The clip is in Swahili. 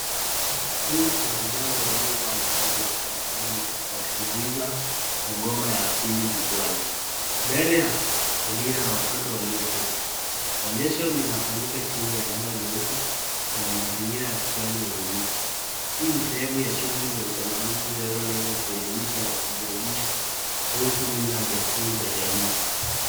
Kikundi cha vijana waliovaa mavazi ya kitamaduni wakitumbuiza kwa ngoma ya asili Jukwaani, mbele ya hadhira ya watoto walioketi onyesho linafanyika chini ya hema jeupe kwenye mazingira ya kijani yenye miti, hii ni sehemu ya shughuli za utamaduni zinazolenga kuelimisha na kuburudisha kuhusu mila desturi za jamii.